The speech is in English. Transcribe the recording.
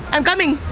i'm coming.